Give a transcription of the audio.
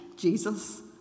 Jesus